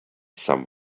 some